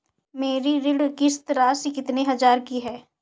मेरी ऋण किश्त राशि कितनी हजार की है?